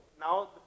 now